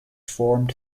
formed